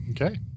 Okay